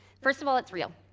first of all, it's real.